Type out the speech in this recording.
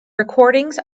recordings